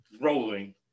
rolling